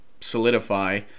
solidify